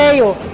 ah you